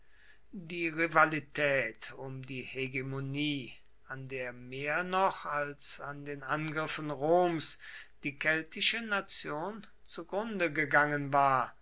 die rivalität um die hegemonie an der mehr noch als an den angriffen roms die keltische nation zugrunde gegangen war